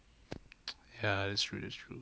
ya that's true that's true